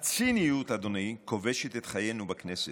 הציניות, אדוני, כובשת את חיינו בכנסת,